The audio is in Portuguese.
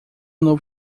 novo